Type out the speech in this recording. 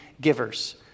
givers